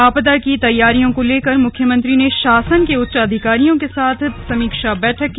आपदा की तैयारियों को लेकर मुख्यमंत्री ने शासन के उच्च अधिकारियों के साथ समीक्षा बैठक की